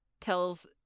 tells